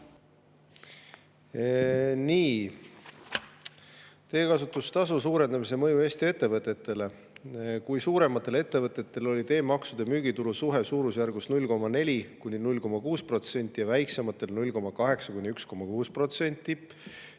Nii, teekasutustasu suurendamise mõju Eesti ettevõtetele. Kui suurematel ettevõtetel oli teemaksude ja müügitulu suhe suurusjärgus 0,4–0,6% ja väiksematel 0,8–1,6%,